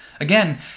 Again